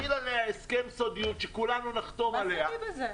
שנחיל עליה הסכם סודיות שכולנו נחתום עליו --- מה זה ה --- הזה?